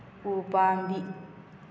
ꯎꯄꯥꯝꯕꯤ